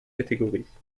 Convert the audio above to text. catégories